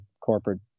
corporate